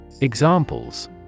Examples